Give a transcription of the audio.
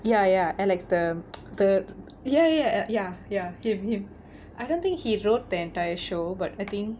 ya ya alex the the ya ya ya ya him him I don't think he wrote the entire show but I think